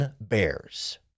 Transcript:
Bears